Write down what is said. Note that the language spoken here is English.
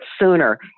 sooner